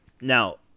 Now